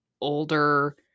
older